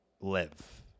live